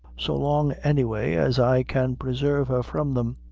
so long, any way, as i can presarve her from them.